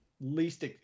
least